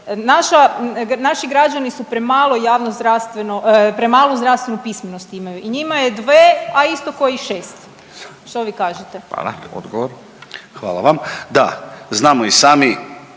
naši građani su premalo javnozdravstveno, premalu zdravstvenu pismenost imaju i njima je dve, a isto ko i šest, što vi kažete? **Radin, Furio (Nezavisni)** Hvala.